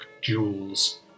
jewels